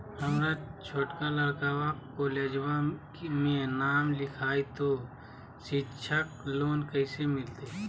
हमर छोटका लड़कवा कोलेजवा मे नाम लिखाई, तो सिच्छा लोन कैसे मिलते?